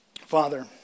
Father